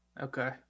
okay